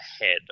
ahead